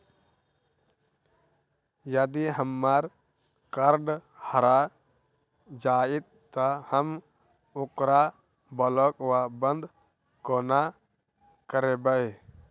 यदि हम्मर कार्ड हरा जाइत तऽ हम ओकरा ब्लॉक वा बंद कोना करेबै?